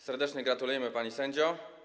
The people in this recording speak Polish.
Serdecznie gratulujemy, pani sędzio.